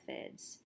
methods